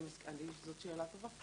זאת שאלה טובה.